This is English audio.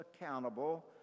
accountable